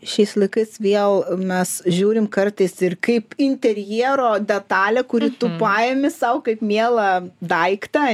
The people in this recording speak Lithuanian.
šiais laikais vėl mes žiūrim kartais ir kaip interjero detalė kuri tu pajami sau kaip mielą daiktą